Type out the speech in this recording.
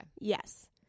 yes